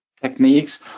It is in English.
techniques